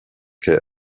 quai